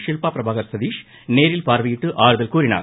ஷில்பா பிரபாகர் சதீஷ் நேரில் பார்வையிட்டு ஆறுதல் கூறினார்